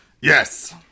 Yes